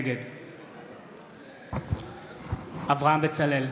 נגד אברהם בצלאל,